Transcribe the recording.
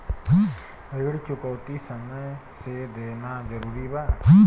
ऋण चुकौती समय से देना जरूरी बा?